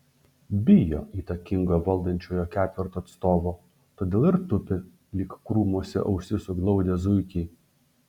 bijo įtakingo valdančiojo ketverto atstovo todėl ir tupi lyg krūmuose ausis suglaudę zuikiai